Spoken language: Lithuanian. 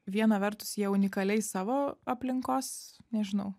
viena vertus jie unikaliai savo aplinkos nežinau